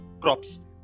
crops